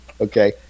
okay